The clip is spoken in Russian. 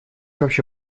вообще